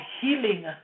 healing